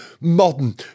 modern